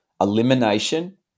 elimination